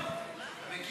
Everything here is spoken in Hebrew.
תבוא.